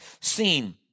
seen